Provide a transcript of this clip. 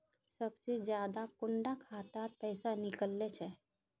सबसे ज्यादा कुंडा खाता त पैसा निकले छे?